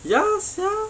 ya sia